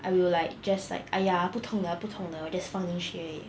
I will like just like !aiya! 不痛的不痛的 just 放进去而已